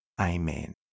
Amen